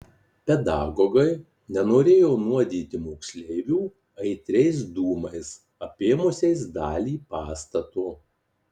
pedagogai nenorėjo nuodyti moksleivių aitriais dūmais apėmusiais dalį pastato